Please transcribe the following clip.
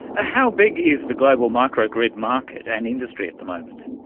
how big is the global micro-grid market and industry at the moment?